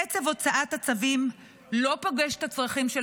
קצב הוצאת הצווים לא פוגש את הצרכים של